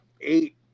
eight